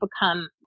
become